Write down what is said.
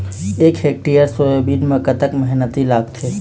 एक hectare soybean म कतक मेहनती लागथे?